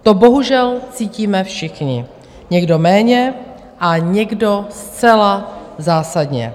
To bohužel cítíme všichni, někdo méně a někdo zcela zásadně.